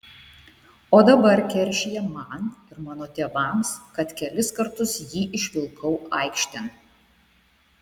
o dabar keršija man ir mano tėvams kad kelis kartus jį išvilkau aikštėn